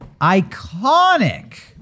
iconic